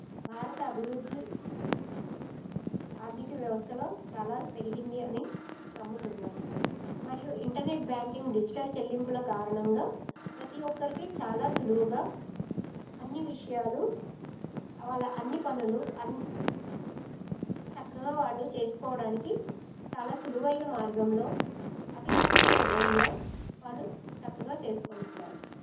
భారత అభివృద్ధి ఆర్థిక వ్యవస్థలో చాలా పెరిగింది అని నమ్ముతున్నాను మరియు ఇంటర్నెట్ బ్యాంకింగ్ డిజిటల్ చెల్లింపుల కారణంగా ప్రతీ ఒక్కరికి చాలా సులువుగా అన్ని విషయాలు వాళ్ళ అన్ని పనులు అన్ చక్కగా వాళ్ళు చేసుకోవడానికి చాలా సులువైన మార్గంలో అతి తక్కువ సమయంలో వాళ్ళు చక్కగా చేసుకుంటున్నారు